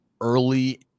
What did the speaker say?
early